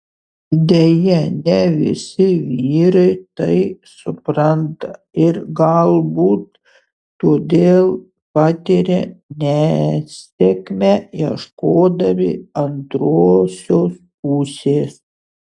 deja ne visi vyrai tai supranta ir galbūt todėl patiria nesėkmę ieškodami antrosios pusės